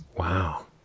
Wow